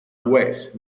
west